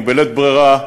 ובלית ברירה,